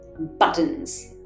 Buttons